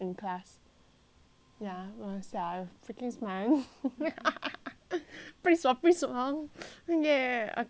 ya I freaking smart !yay! okay